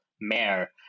mayor